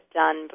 done